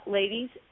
ladies